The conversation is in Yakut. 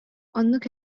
оннук